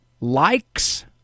likes